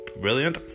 brilliant